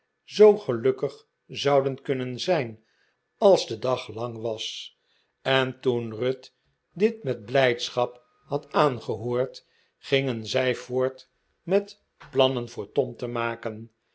zoo gelukkig zouden kunnen zijn als de dag lang was en toen ruth dit met blijdschap had aangehoord gingen zij voort met plannen voor tom te maken